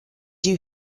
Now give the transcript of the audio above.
you